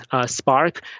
Spark